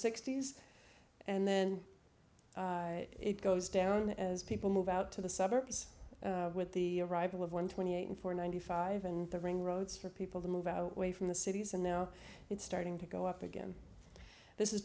sixty's and then it goes down as people move out to the suburbs with the arrival of one twenty eight and four ninety five and the ring roads for people to move away from the cities and now it's starting to go up again this